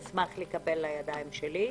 אשמח לקבל לידיים שלי.